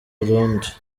burundi